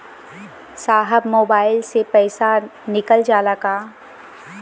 साहब मोबाइल से पैसा निकल जाला का?